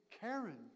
Karen